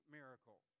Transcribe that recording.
miracle